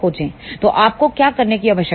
तो आपको क्या करने की आवश्यकता है